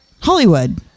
Hollywood